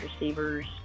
receivers